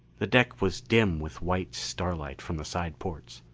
the deck was dim with white starlight from the side ports.